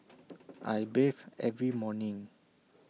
I bathe every morning